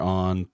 on